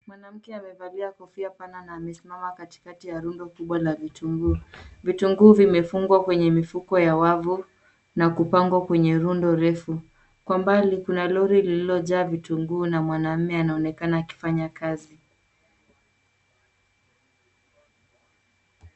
Mwanamke amevalia kofia pana na amesimama katikati ya rundo kubwa la vitunguu. Vitunguu vimefungwa kwenye mifuko ya wavu na kupangwa kwenye rundo refu. Kwa mbali kuna lori lililojaa vitunguu na mwanaume anaonekana akifanya kazi.